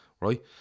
right